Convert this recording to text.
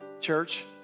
church